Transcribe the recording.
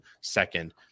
second